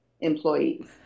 employees